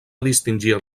distingir